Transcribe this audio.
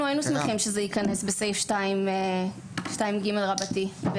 אנחנו היינו שמחים שזה יכנס בסעיף 2ג רבתי.